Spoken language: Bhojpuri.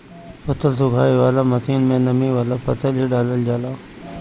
फसल सुखावे वाला मशीन में नमी वाला फसल ही डालल जाला